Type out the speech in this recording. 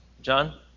John